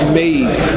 made